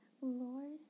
Lord